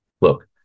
look